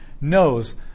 knows